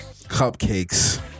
Cupcakes